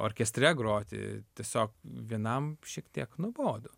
orkestre groti tiesiog vienam šiek tiek nuobodu